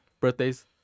birthdays